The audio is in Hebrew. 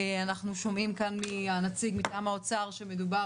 אנחנו שומעים כאן מהנציג מטעם האוצר שמדובר